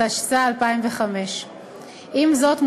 התשס"ה 2005. עם זאת,